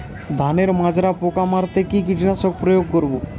ধানের মাজরা পোকা মারতে কি কীটনাশক প্রয়োগ করব?